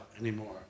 anymore